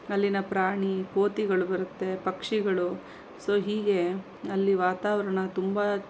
ಅಲ್ಲಿನ ಪ್ರಾಣಿ ಕೋತಿಗಳು ಬರುತ್ತೆ ಪಕ್ಷಿಗಳು ಸೊ ಹೀಗೆ ಅಲ್ಲಿ ವಾತಾವರಣ ತುಂಬ